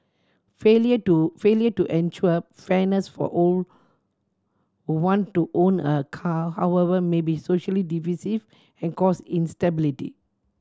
failure to failure to ensure fairness for all want to own a car however may be socially divisive and cause instability